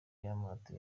n’amato